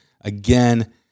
Again